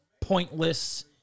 pointless